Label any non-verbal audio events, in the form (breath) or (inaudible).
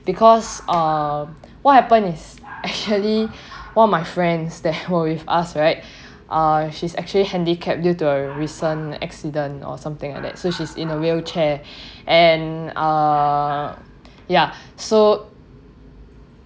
because uh what happened is (laughs) actually one of my friends there was with us right uh she's actually handicapped due to a recent accident or something like that so she's in a wheelchair (breath) and err yeah so